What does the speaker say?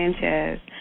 Sanchez